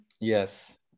yes